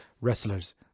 wrestlers